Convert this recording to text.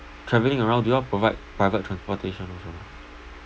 travelling around do you all provide private transportation also ah